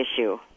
issue